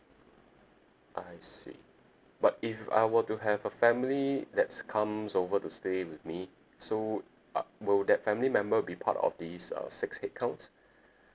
I see but if I were to have a family that comes over to stay with me so uh will that family member be part of this uh six headcount